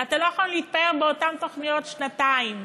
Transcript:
ואתה לא יכול להתפאר באותן תוכניות שנתיים.